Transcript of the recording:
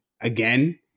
again